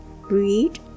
read